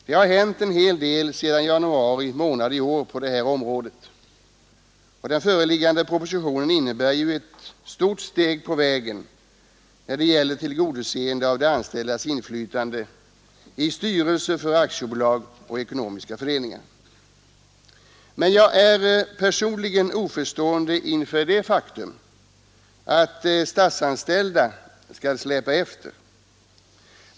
Det har hunnit hända en hel del sedan januari månad i år på det här området, och den föreliggande propositionen innebär ju ett stort steg på vägen när det gäller tillgodoseende av de anställdas inflytande i styrelser för aktiebolag och ekonomiska föreningar. Men jag är personligen oförstående inför det faktum att statsanställda skall släpa efter.